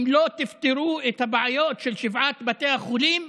אם לא תפתרו את הבעיות של שבעת בתי החולים,